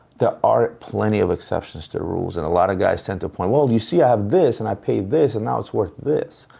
are plenty of exceptions to the rules. and a lot of guys tend to point, well, you see i have this and i paid this, and now it's worth this.